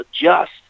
adjust